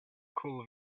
cool